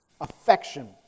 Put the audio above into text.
affection